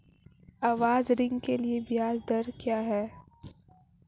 आवास ऋण के लिए ब्याज दर क्या हैं?